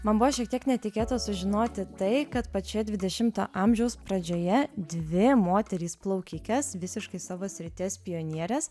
man buvo šiek tiek netikėta sužinoti tai kad pačioje dvidešimo amžiaus pradžioje dvi moterys plaukikės visiškai savo srities pionierės